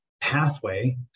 pathway